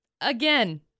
Again